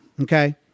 okay